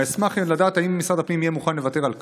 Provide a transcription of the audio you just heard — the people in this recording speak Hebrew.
אשמח לדעת אם משרד הפנים יהיה מוכן לוותר על כך.